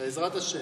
בעזרת השם.